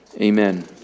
Amen